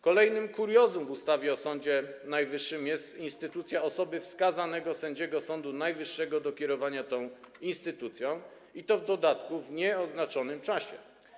Kolejnym kuriozum w ustawie o Sądzie Najwyższym jest instytucja powierzenia wskazanemu sędziemu Sądu Najwyższego kierowania tą instytucją, i to w dodatku w nieoznaczonym czasie.